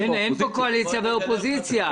אין פה קואליציה ואופוזיציה.